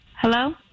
Hello